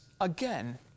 again